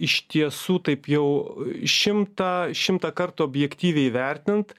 iš tiesų taip jau šimtą šimtą kartų objektyviai vertint